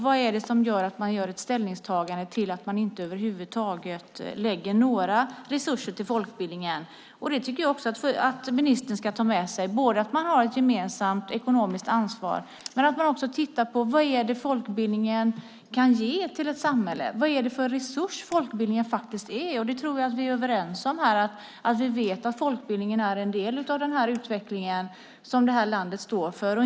Vad är det som gör att man gör ett sådant ställningstagande, att man inte över huvud taget lägger några resurser på folkbildningen? Det tycker jag också att ministern ska ta med sig. Man har ett gemensamt ekonomiskt ansvar. Men man kan också titta på vad folkbildningen kan ge till ett samhälle, vilken resurs folkbildningen faktiskt är. Jag tror att vi här vet att folkbildningen är en del av den utveckling som det här landet står för.